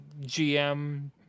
GM